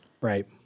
Right